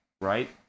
right